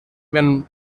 when